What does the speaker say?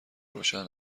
روشن